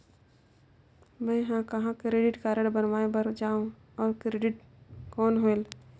मैं ह कहाँ क्रेडिट कारड बनवाय बार जाओ? और क्रेडिट कौन होएल??